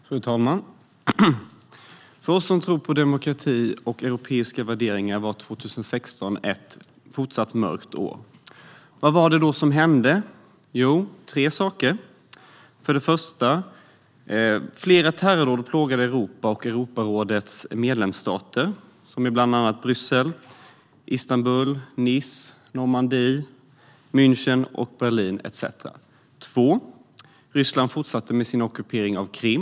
Herr talman! För oss som tror på demokrati och europeiska värderingar var 2016 ett fortsatt mörkt år. Vad var det som hände? Jo, tre saker hände. Till att börja med plågade flera terrordåd Europa och Europarådets medlemsstater, i bland annat Bryssel, Istanbul, Nice, Normandie, München och Berlin. Det andra var att Ryssland fortsatte med sin ockupering av Krim.